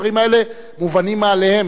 הדברים האלה מובנים מאליהם.